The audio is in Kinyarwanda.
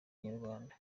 inyarwanda